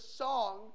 song